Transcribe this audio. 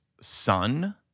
son